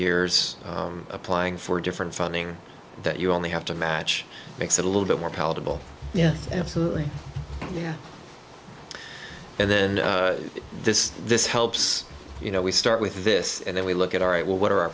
years applying for different funding that you only have to match makes it a little bit more palatable yeah absolutely and then this this helps you know we start with this and then we look at our right well what are our